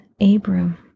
abram